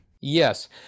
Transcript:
Yes